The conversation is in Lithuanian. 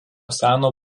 seno